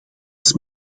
als